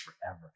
forever